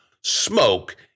smoke